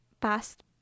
past